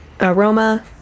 aroma